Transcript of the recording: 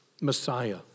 Messiah